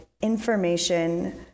information